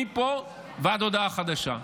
מפה ועד להודעה חדשה.